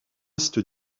est